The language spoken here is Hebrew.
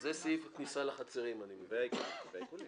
זה סעיף כניסה לחצרים, והעיקולים.